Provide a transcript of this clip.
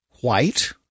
white